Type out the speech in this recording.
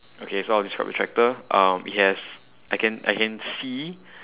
okay so I'll describe the tractor um it has I can I can see